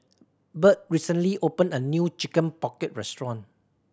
Burt recently opened a new Chicken Pocket restaurant